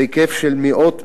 בהיקף של מאות מיליונים,